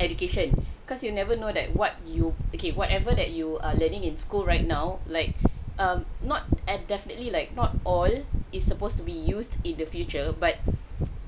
education cause you never know that what you okay whatever that you are learning in school right now like um not at definitely like not all is supposed to be used in the future but